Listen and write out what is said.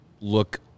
look